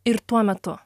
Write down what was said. ir tuo metu